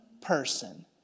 person